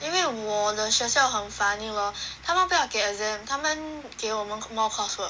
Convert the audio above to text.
因为我的学校很 funny lor 他们不要给 exam 他们给我们 more coursework